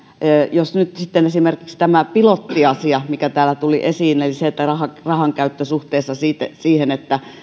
miten nyt sitten esimerkiksi tämä pilottiasia mikä täällä tuli esiin eli rahankäyttö suhteessa siihen